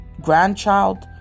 grandchild